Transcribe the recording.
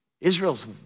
Israel's